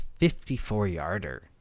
54-yarder